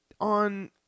on